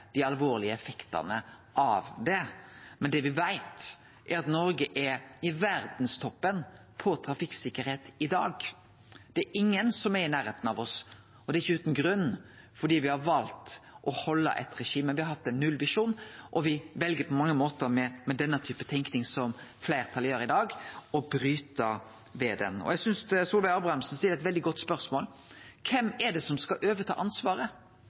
dei alvorlege effektane av det, men det me veit, er at Noreg er i verdstoppen på trafikksikkerheit i dag. Det er ingen som er i nærleiken av oss. Det er ikkje utan grunn, for me har valt å halde eit regime. Me har hatt ein nullvisjon, men med den typen tenking som fleirtalet gjer i dag, vel me på mange måtar å bryte med han. Eg synest Solveig Sundbø Abrahamsen stiller eit veldig godt spørsmål: Kven er det som skal ta over ansvaret?